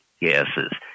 gases